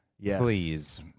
Please